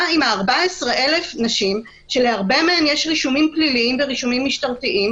מה עם 14,000 הנשים שלהרבה מהן יש רישומים פליליים ורישומים משטרתיים?